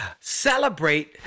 celebrate